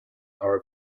are